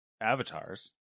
avatars